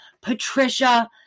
Patricia